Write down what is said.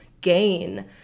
gain